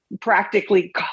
practically